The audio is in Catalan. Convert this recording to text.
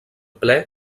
ple